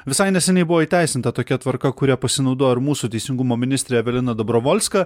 visai neseniai buvo įteisinta tokia tvarka kuria pasinaudojo ir mūsų teisingumo ministrė evelina dobrovolska